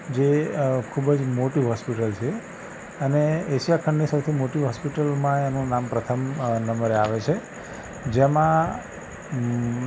જે અ ખૂબ જ મોટી હૉસ્પિટલ છે અને એશિયા ખંડની સૌથી મોટી હૉસ્પિટલમાં એનું નામ પ્રથમ અ નંબરે આવે છે જેમાં